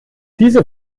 diese